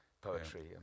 poetry